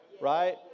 right